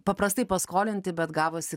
paprastai paskolinti gavosi